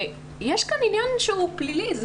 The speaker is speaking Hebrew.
יש כאן עניין שהוא פלילי.